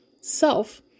self